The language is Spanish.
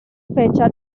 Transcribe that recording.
fecha